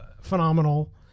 phenomenal